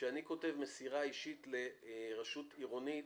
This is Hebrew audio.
כשאני כותב מסירה אישית לרשות עירונית,